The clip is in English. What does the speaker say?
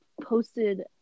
posted